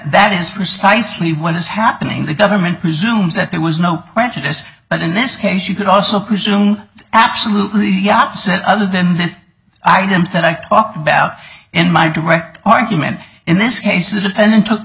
that is precisely what is happening the government presumes that there was no prejudice but in this case you could also presume absolutely the opposite other than the items that i talked about in my direct argument in this case a defendant took the